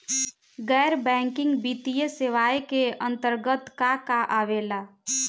गैर बैंकिंग वित्तीय सेवाए के अन्तरगत का का आवेला?